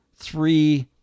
three